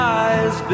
eyes